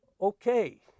Okay